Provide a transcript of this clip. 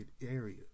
area